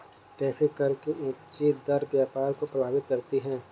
tariff कर की ऊँची दर व्यापार को प्रभावित करती है